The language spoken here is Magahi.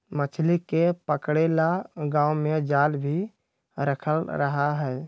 मछली के पकड़े ला गांव में जाल भी रखल रहा हई